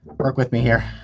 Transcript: work with me here.